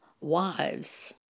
wives